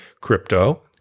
crypto